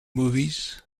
movies